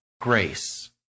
grace